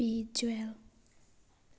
visual